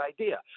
idea